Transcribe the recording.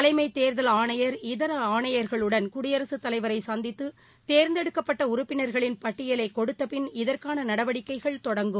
தலைமைதேர்தல் ஆணையர் இதர ஆணையா்களுடன் குடியரசுத் தலைவரைசந்தித்தோ்ந்தெடுக்கப்பட்டஉறுப்பினா்களின் பட்டியலைகொடுத்தபின் இதற்கானநடவடிக்கைகள் தொடங்கும்